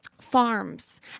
farms